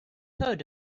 heard